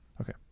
Okay